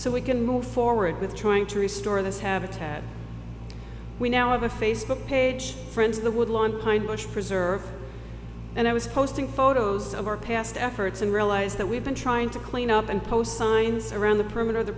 so we can move forward with trying to restore this habitat we now have a facebook page friends of the woodlawn pine bush preserve and i was posting photos of our past efforts and realize that we've been trying to clean up and post signs around the perimeter